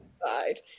side